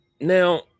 Now